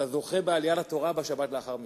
אתה זוכה בעלייה לתורה בשבת לאחר מכן.